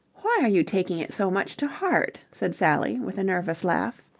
why are you taking it so much to heart? said sally with a nervous laugh.